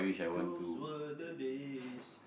those were the days